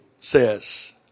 says